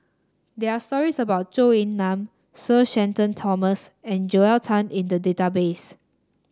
there are stories about Zhou Ying Nan Sir Shenton Thomas and Joel Tan in the database